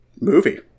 movie